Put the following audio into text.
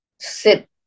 Sit